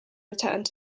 returned